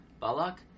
Balak